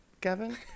Gavin